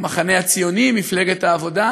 מהמחנה הציוני, מפלגת העבודה